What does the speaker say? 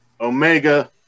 Omega